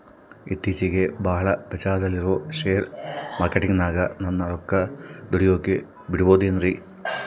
ಇತ್ತೇಚಿಗೆ ಬಹಳ ಪ್ರಚಾರದಲ್ಲಿರೋ ಶೇರ್ ಮಾರ್ಕೇಟಿನಾಗ ನನ್ನ ರೊಕ್ಕ ದುಡಿಯೋಕೆ ಬಿಡುಬಹುದೇನ್ರಿ?